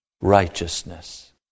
righteousness